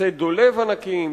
עצי דולב ענקיים,